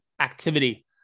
activity